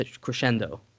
crescendo